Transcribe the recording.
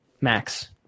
Max